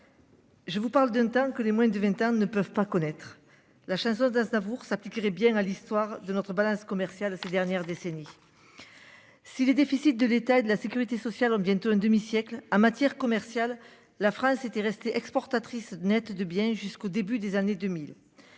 Je vous parle d'un temps que les moins de 20 ans ne peuvent pas connaître la chanson d'Aznavour s'appliquerait bien à l'histoire de notre balance commerciale ces dernières décennies. Si les déficits de l'État, de la sécurité sociale bientôt un demi-siècle ah matière commerciale. La France était restée exportatrice nette de bien jusqu'au début des années 2000.